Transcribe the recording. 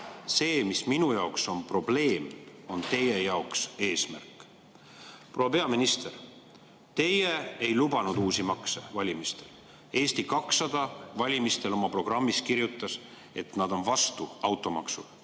See, mis minu jaoks on probleem, on teie jaoks eesmärk. Proua peaminister! Teie ei lubanud uusi makse valimistel. Eesti 200 valimistel oma programmis kirjutas, et nad on vastu automaksule.